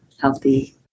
healthy